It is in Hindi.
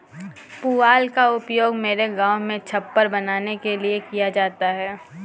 पुआल का उपयोग मेरे गांव में छप्पर बनाने के लिए किया जाता है